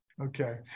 Okay